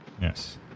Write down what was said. Yes